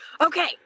okay